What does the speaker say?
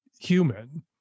human